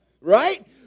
Right